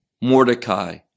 Mordecai